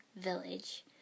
village